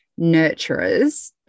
nurturers